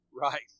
Right